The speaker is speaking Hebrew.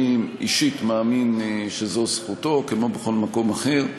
אני אישית מאמין שזו זכותו, כמו בכל מקום אחר.